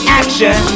action